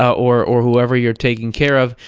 or or whoever you're taking care of.